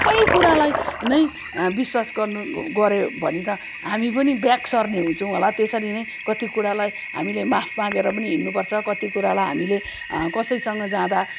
सबै कुरालाई नै विश्वास गर्नु गऱ्यो भने त हामी पनि ब्याक सर्ने हुन्छौ होला त्यसरी नै कत्ति कुरालाई हामीले माफ मागेर पनि हिँड्नु पर्छ कति कुरालाई हामीले कसैसँँ जाँदा